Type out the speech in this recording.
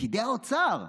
פקידי האוצר.